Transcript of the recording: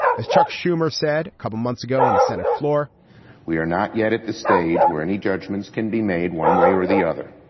as chuck schumer said a couple of months ago on the senate floor we are not yet at the stage where any judgments can be made one way or the other.